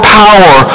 power